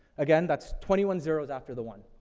again, that's twenty one zeroes after the one.